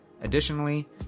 Additionally